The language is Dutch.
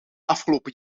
afgelopen